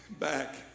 back